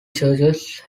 churches